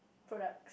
put up